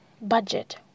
budget